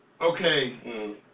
Okay